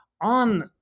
on